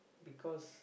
because